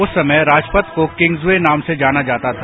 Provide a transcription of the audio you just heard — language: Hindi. उस समय राजपथ को किंग्जवे नाम से जाना जाता था